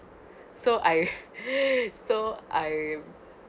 so I so I